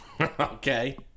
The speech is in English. Okay